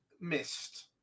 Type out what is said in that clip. missed